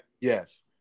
Yes